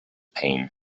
pain